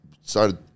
started